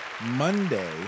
monday